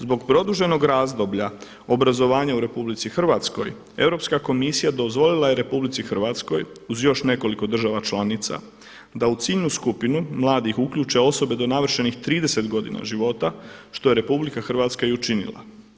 Zbog produženog razdoblja obrazovanja u RH Europska komisija dozvolila je RH uz još nekoliko država članica, da u ciljnu skupinu mladih uključe osobe do navršenih 30 godina života što je RH i učinila.